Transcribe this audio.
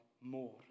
more